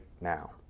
now